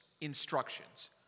instructions